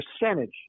percentage